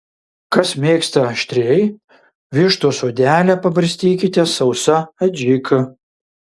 kas mėgsta aštriai vištos odelę pabarstykite sausa adžika